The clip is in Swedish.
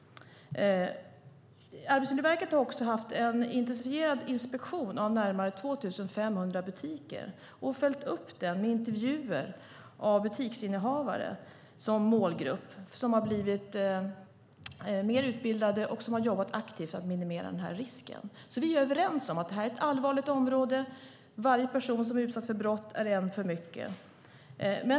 Arbetsmiljöverket har också haft en intensifierad inspektion av närmare 2 500 butiker och följt upp den med intervjuer med butiksinnehavare som målgrupp. De har blivit mer utbildade och jobbat aktivt för att minimera risken. Vi är överens om att detta är ett allvarligt område. Varje person som utsatts för brott är en för mycket.